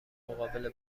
مقابل